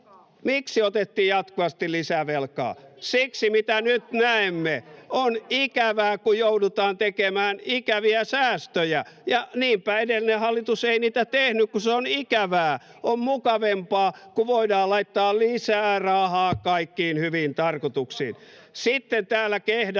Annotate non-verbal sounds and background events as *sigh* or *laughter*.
Miksi otettiin jatkuvasti lisää velkaa? Siksi, mitä nyt näemme. *noise* On ikävää, kun joudutaan tekemään ikäviä säästöjä, ja niinpä edellinen hallitus ei niitä tehnyt, kun se on ikävää. On mukavampaa, kun voidaan laittaa lisää rahaa kaikkiin hyviin tarkoituksiin. [Jussi Saramo: